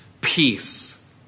peace